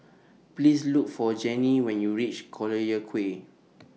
Please Look For Janie when YOU REACH Collyer Quay